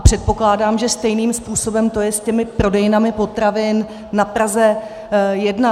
Předpokládám, že stejným způsobem je to s těmi prodejnami potravin na Praze 1.